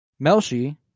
Melshi